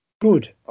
Good